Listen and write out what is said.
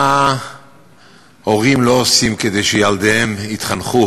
מה הורים לא עושים כדי שילדיהם יתחנכו